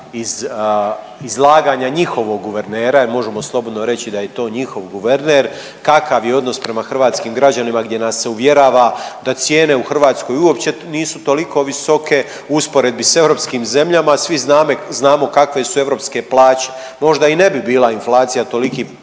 izlaganja njihovog guvernera, jer možemo slobodno reći da je to njihov guverner kakav je odnos prema hrvatskim građanima gdje nas se uvjerava da cijene u Hrvatskoj uopće nisu toliko visoke u usporedbi s europskim zemljama, a svi znamo kakve su europske plaće. Možda i ne bi bila inflacija toliki